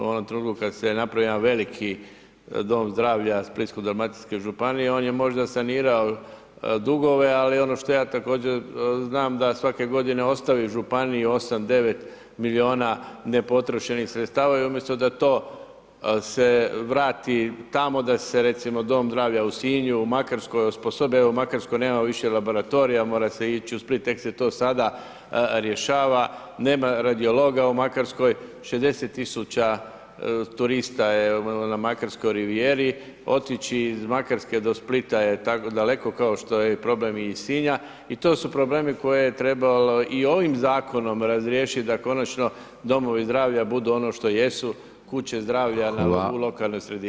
U onom trenutku kad se je napravio jedan veliki dom zdravlja Splitsko-dalmatinske županije, on je možda sanirao dugove, ali ono što ja također znam da svake godine ostavi županiji 8, 9 milijuna nepotrošenih sredstava i umjesto da to se vrati tamo, da se recimo dom zdravlja u Sinju, u Makarskoj osposobe, evo u Makarskoj nemamo više laboratorija, mora se ići u Split, tek se to sada rješava, nema radiologa u Makarskoj, 60 000 turista je na Makarskoj rivijeri, otići iz Makarske do Splita je tako daleko, kao što je i problem i iz Sinja i to su problemi koje je trebalo i ovim zakonom razriješit da konačno domovi zdravlja budu ono što jesu, kuće zdravlja u lokalnoj sredini.